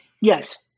Yes